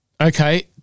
Okay